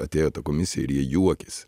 atėjo ta komisija ir jie juokėsi